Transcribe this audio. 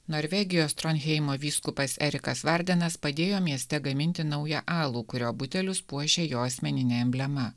norvegijos tronheimo vyskupas erikas vardenas padėjo mieste gaminti naują alų kurio butelius puošia jo asmeninė emblema